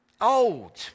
old